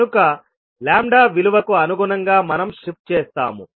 కనుక లాంబ్డా విలువకు అనుగుణంగా మనము షిఫ్ట్ చేస్తాము